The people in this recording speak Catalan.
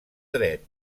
dret